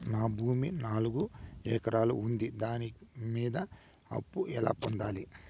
నాకు భూమి నాలుగు ఎకరాలు ఉంది దాని మీద అప్పు ఎలా పొందాలి?